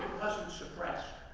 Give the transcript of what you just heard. wasn't suppressed.